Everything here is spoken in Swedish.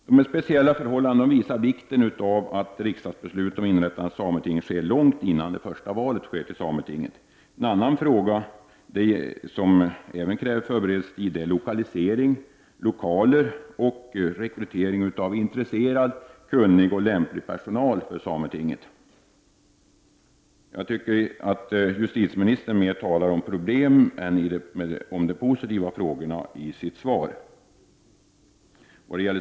Dessa speciella förhållanden visar vikten av att ett riksdagsbeslut om inrättande av ett sameting sker långt innan det första valet till sametinget. En annan fråga som kräver lång förberedelsetid gäller lokalisering, lokaler och rekrytering av intresserad, kunnig och lämplig personal för sametinget. I sitt svar talar justitieministern mer om problem än om det som är positivt.